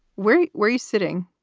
where were you sitting?